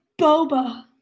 Boba